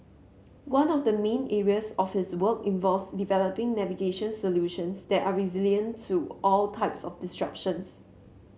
one of the main areas of his work involves developing navigation solutions that are resilient to all types of disruptions